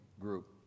group